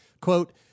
Quote